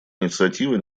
инициатива